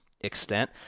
extent